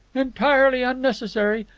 entirely unnecessary.